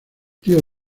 tío